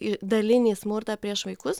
dalinį smurtą prieš vaikus